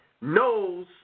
knows